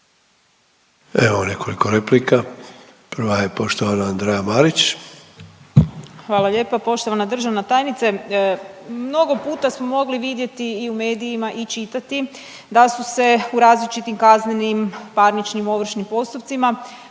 Imamo nekoliko replika, prva je poštovana Andreja Marić. **Marić, Andreja (SDP)** Hvala lijepa. Poštovana državna tajnice. Mnogo puta smo mogli vidjeti i u medijima i čitati da su se u različitim kaznenim, parničnim, ovršnim postupcima